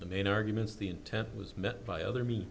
the main arguments the intent was met by other means